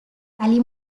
tali